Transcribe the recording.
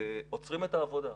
עוצרים את העבודה,